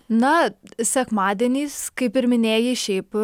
na sekmadieniais kaip ir minėjai šiaip